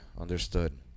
Understood